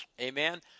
Amen